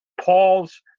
Paul's